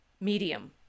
medium